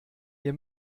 ihr